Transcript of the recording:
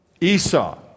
Esau